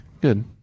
good